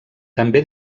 també